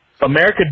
America